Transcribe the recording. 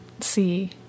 see